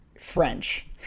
French